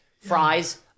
Fries